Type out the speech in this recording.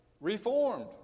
reformed